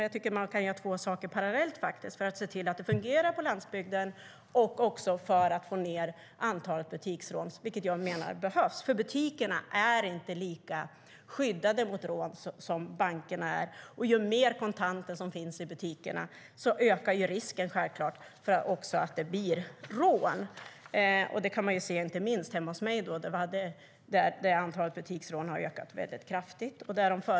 Jag tycker att man kan göra två saker parallellt för att se till att det fungerar på landsbygden och för att få ned antalet butiksrån, vilket jag menar behövs, för butikerna är inte lika skyddade mot rån som bankerna. Ju mer kontanter som finns i butikerna, desto mer ökar självklart risken för rån. Det kan vi se inte minst hemma hos mig där antalet butiksrån har ökat kraftigt.